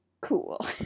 cool